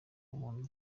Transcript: umuntu